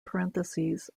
parentheses